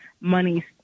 money